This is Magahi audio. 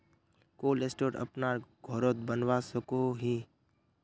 कोल्ड स्टोर अपना घोरोत बनवा सकोहो ही?